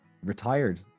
retired